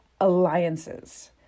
Alliances